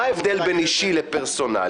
מה ההבדל בין אישי לפרסונלי?